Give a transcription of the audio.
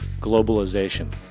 globalization